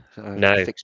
No